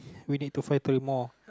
we need to find three more